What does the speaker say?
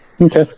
okay